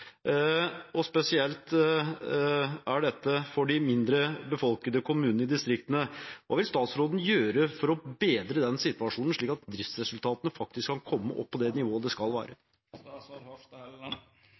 Spesielt gjelder dette de mindre befolkede kommunene i distriktene. Hva vil statsråden gjøre for å bedre den situasjonen, slik at driftsresultatene faktisk kan komme opp på det nivået de skal